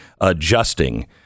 adjusting